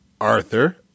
Arthur